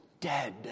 dead